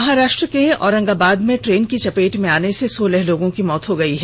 महाराष्ट्र के औरंगाबाद में ट्रेन की चपेट में आने से सोलह लोगों की मौत हो गयी